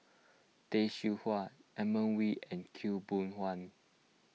Tay Seow Huah Edmund Wee and Khaw Boon Wan